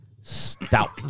Stout